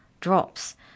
drops